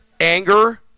anger